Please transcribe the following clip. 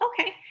Okay